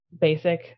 basic